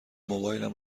موبایلم